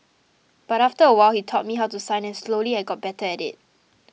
but after a while he taught me how to sign and slowly I got better at it